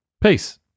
Peace